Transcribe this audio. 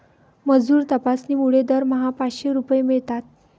मजूर तपासणीमुळे दरमहा पाचशे रुपये मिळतात